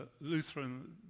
Lutheran